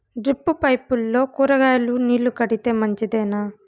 Drip పైపుల్లో కూరగాయలు నీళ్లు కడితే మంచిదేనా?